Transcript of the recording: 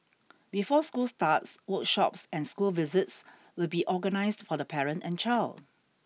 before school starts workshops and school visits will be organised for the parent and child